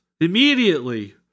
Immediately